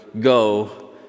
go